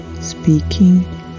speaking